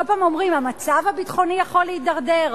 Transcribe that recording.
כל פעם אומרים: המצב הביטחוני יכול להידרדר.